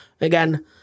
again